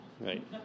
right